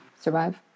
survive